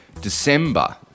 December